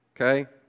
Okay